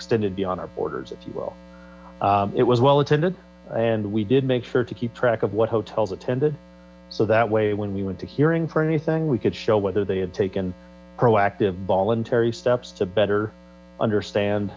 extended beyond our borders well it was well attended and we did make sure to keep track of what hotels attended so that way when we went to hearing anything we could show whether they had taken proactive voluntary steps to better understand